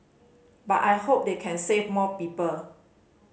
but I hope they can save more people